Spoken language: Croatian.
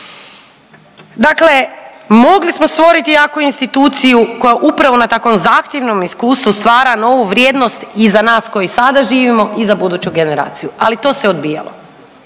Dakle, mogli smo stvoriti jaku instituciju koja upravo na takvom zahtjevnom iskustvu stvara novu vrijednost i za nas koji sada živimo i za buduću generaciju, ali to se odbijalo.